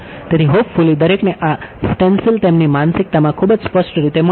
તેથી હોપફૂલી દરેકને આ સ્ટેન્સિલ તેમની માનસિકતા માં ખૂબ જ સ્પષ્ટ રીતે મળે છે